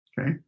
okay